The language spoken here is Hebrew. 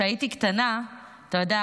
אתה יודע,